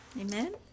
Amen